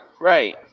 Right